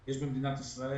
יש במדינת ישראל